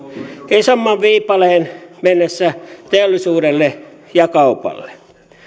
isomman viipaleen mennessä teollisuudelle ja kaupalle